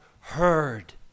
heard